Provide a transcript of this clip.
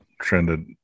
trended